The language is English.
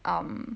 um